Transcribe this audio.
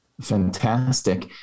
Fantastic